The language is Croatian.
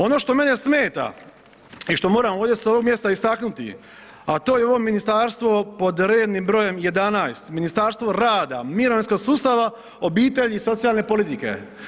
Ono što mene smeta i što moram ovdje s ovog mjesta istaknuti, a to je ovo ministarstvo pod rednim brojem 11., Ministarstvo rada, mirovinskog sustava, obitelji i socijalne politike.